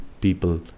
people